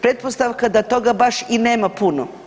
Pretpostavka da toga baš i nema puno.